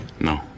No